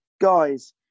guys